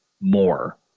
more